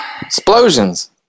explosions